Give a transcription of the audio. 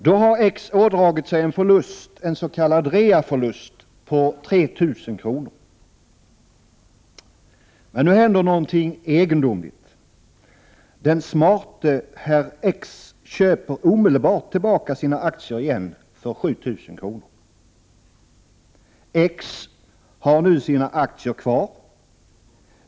Då har X gjort en förlust — en s.k. reaförlust — på 3 000 kr. Men nu händer någonting egendomligt: Den smarte herr X köper omedelbart tillbaka sina aktier igen för 7 000 kr. X har nu sina aktier kvar.